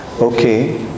Okay